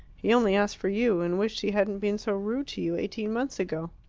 he only asked for you, and wished he hadn't been so rude to you eighteen months ago.